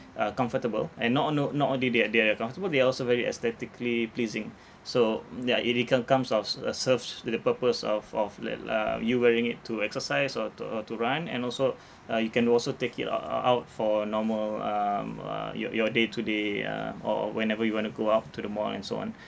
uh comfortable and not o~ not not only that they are comfortable they are also very aesthetically pleasing so ya it it come~ comes off uh serves the purpose of of like uh you wearing it to exercise or to or to run and also uh you can also take it uh uh out for normal um uh your your day to day uh or whenever you want to go out to the mall and so on